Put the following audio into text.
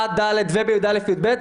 עד ד' ובי"א-י"ב,